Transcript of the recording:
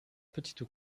petite